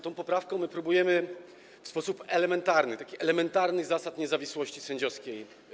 Tą poprawką próbujemy w sposób elementarny bronić takich elementarnych zasad niezawisłości sędziowskiej.